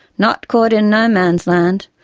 not caught in no man's land,